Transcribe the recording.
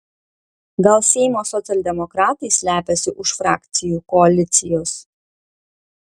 gal seimo socialdemokratai slepiasi už frakcijų koalicijos